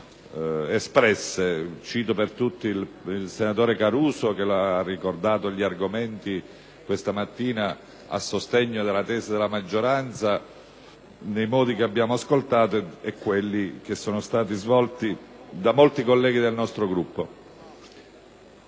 Cito per tutti il senatore Caruso, che ha ricordato questa mattina gli argomenti a sostegno della tesi della maggioranza nei modi che abbiamo ascoltato, e quelli che sono stati svolti da molti colleghi del nostro Gruppo.